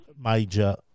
major